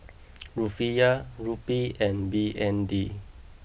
rufiyaa rupee and B N D